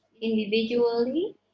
individually